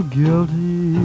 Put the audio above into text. guilty